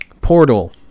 Portal